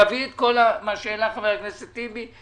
תביא את מה שהעלה חבר הכנסת טיבי,